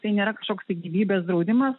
tai nėra kažkoks tai gyvybės draudimas